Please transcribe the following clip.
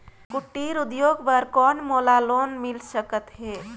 कुटीर उद्योग बर कौन मोला लोन मिल सकत हे?